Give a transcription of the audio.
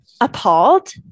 appalled